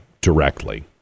directly